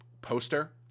poster